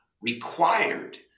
required